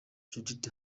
judith